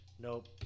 Nope